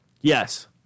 Yes